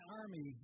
army